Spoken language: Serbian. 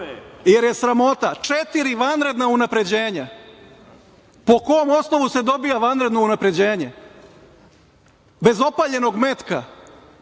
jer je sramota. Četiri vanredna unapređenja. Po kom osnovu se dobija vanredno unapređenje bez opaljenog metka,